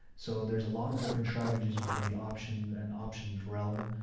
so there's a lot of different strategies within the option and options realm,